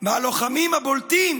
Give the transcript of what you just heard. מהלוחמים הבולטים